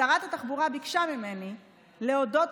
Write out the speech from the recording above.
שרת התחבורה ביקשה ממני להודות,